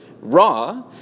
raw